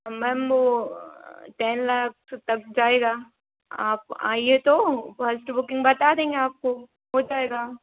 ma'am वो ten lakh तब जाएगा आप आइए तो फर्स्ट बुकिंग बता देंगे आपको हो जाएगा